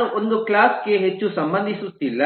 ನಾನು ಒಂದು ಕ್ಲಾಸ್ ಗೆ ಹೆಚ್ಚು ಸಂಬಂಧಿಸುತ್ತಿಲ್ಲ